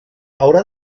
haurà